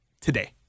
today